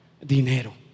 Dinero